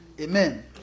Amen